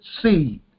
seed